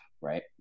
right